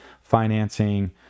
financing